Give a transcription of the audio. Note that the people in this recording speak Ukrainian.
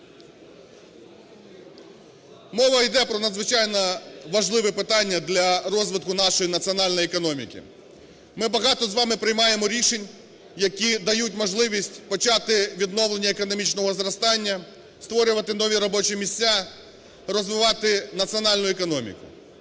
Мова йде про надзвичайно важливе питання для розвитку нашої національної економіки. Ми багато з вами приймаємо рішень, які дають можливість почати відновлення економічного зростання, створювати нові робочі місця, розвивати національну економіку,